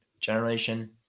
generation